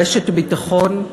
רשת ביטחון.